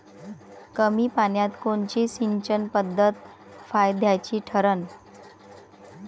कमी पान्यात कोनची सिंचन पद्धत फायद्याची ठरन?